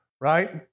right